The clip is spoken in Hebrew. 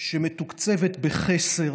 שמתוקצבת בחסר